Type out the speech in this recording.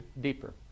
deeper